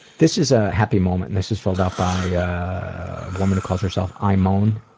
this is a happy moment, and this is filled out by a woman who calls herself i moan,